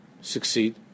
succeed